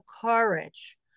courage